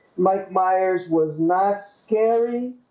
mike myers was not scary